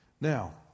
Now